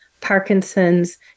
Parkinson's